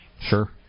Sure